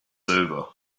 over